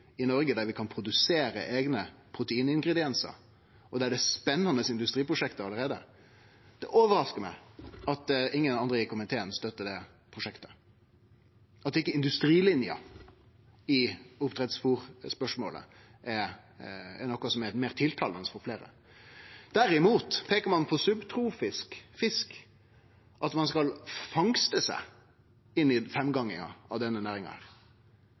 i Noreg der vi kan produsere eigne proteiningrediensar, og der det allereie er spennande industriprosjekt – det overraskar meg at ingen andre i komiteen støttar det prosjektet, at ikkje industrilinja i oppdrettsfôrspørsmålet er noko som er meir tiltalande for fleire. Derimot peiker ein på subtropisk fisk, at ein skal fangste seg inn i femgonginga av denne næringa.